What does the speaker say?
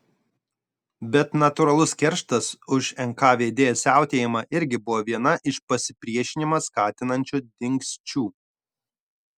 bet natūralus kerštas už nkvd siautėjimą irgi buvo viena iš pasipriešinimą skatinančių dingsčių